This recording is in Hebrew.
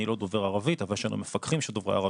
אני לא דובר ערבית אבל יש לנו מפקחים שדוברי ערבית,